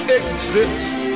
exist